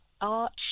arch